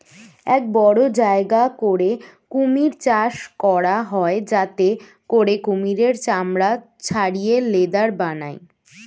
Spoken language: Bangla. এক বড় জায়গা করে কুমির চাষ করা হয় যাতে করে কুমিরের চামড়া ছাড়িয়ে লেদার বানায়